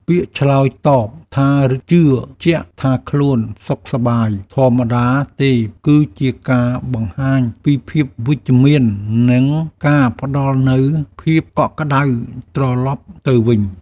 ពាក្យឆ្លើយតបថាជឿជាក់ថាខ្លួនសុខសប្បាយធម្មតាទេគឺជាការបង្ហាញពីភាពវិជ្ជមាននិងការផ្ដល់នូវភាពកក់ក្តៅត្រឡប់ទៅវិញ។